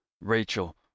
Rachel